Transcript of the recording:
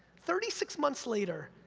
thirty six months later,